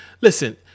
Listen